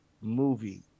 movie